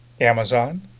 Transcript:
Amazon